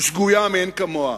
שגויה מאין כמוה.